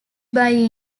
buy